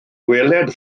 gweled